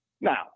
Now